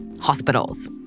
Hospitals